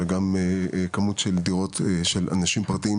אלא גם את הכמות של הדירות של הציבור הפרטי.